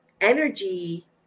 energy